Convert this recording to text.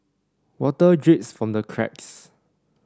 water drips from the cracks